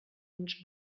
uns